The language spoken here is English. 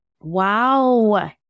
Wow